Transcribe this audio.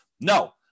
no